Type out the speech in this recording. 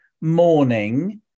morning